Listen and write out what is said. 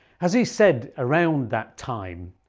as he said around that time,